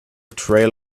trail